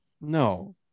No